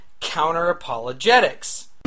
counter-apologetics